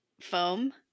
foam